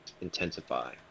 intensify